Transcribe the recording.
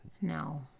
No